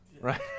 right